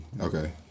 Okay